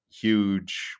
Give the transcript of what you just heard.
huge